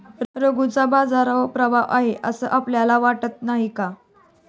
रघूचा बाजारावर प्रभाव आहे असं आपल्याला वाटत नाही का?